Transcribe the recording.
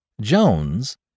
Jones